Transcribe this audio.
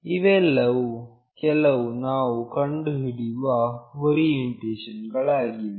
ಇವೆಲ್ಲವು ಕೆಲವು ನಾವು ಕಂಡುಹಿಡಿಯುವ ಓರಿಯೆಂಟೇಷನ್ ಗಳಾಗಿವೆ